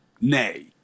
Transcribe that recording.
nay